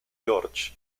george